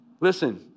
Listen